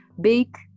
big